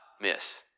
miss